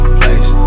place